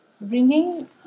Bringing